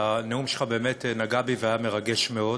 הנאום שלך באמת נגע בי והיה מרגש מאוד.